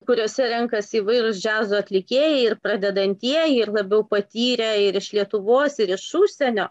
kuriuose renkasi įvairūs džiazo atlikėjai ir pradedantieji ir labiau patyrę ir iš lietuvos ir iš užsienio